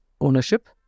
ownership